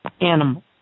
animal